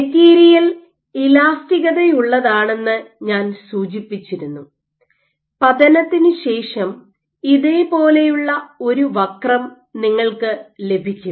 material ഇലാസ്റ്റികതയുള്ളതാണെന്ന് ഞാൻ സൂചിപ്പിച്ചിരുന്നു പതനത്തിനു ശേഷം ഇതേപോലെയുള്ള ഒരു വക്രം നിങ്ങൾക്ക് ലഭിക്കും